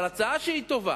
אבל הצעה שהיא טובה,